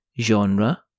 Genre